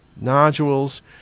nodules